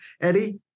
Eddie